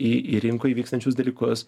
į į rinkoj vykstančius dalykus